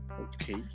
Okay